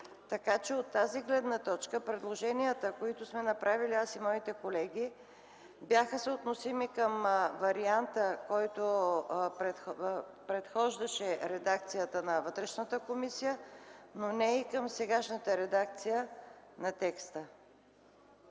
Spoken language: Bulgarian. Така че от тази гледна точка предложенията, които сме направили аз и моите колеги, бяха съотносими към варианта, който предхождаше редакцията на Вътрешната комисия, но не и към сегашната редакция на текста.